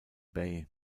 bay